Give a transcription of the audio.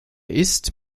ist